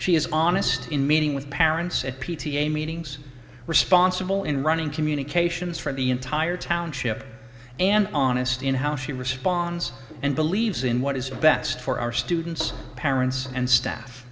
she is honest in meeting with parents at p t a meetings responsible in running communications for the entire township and honest in how she responds and believes in what is best for our students parents and staff